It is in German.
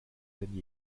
denn